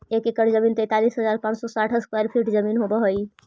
एक एकड़ जमीन तैंतालीस हजार पांच सौ साठ स्क्वायर फीट जमीन होव हई